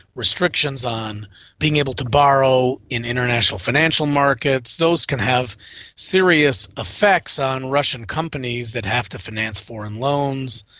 restrictions on being able to borrow in international financial markets, those can have serious effects on russian companies that have to finance foreign loans.